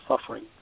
suffering